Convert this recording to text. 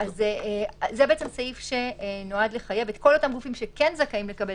זה בעצם סעיף שנועד לחייב את כל אותם גופים שכן זכאים לקבל